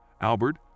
Albert